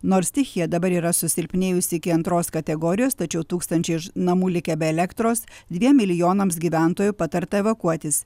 nors stichija dabar yra susilpnėjusi iki antros kategorijos tačiau tūkstančiai iš namų likę be elektros dviem milijonams gyventojų patarta evakuotis